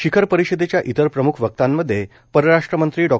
शिखर परिषदेच्या इतर प्रमुख वक्त्यांमध्ये परराष्ट्रमंत्री डॉ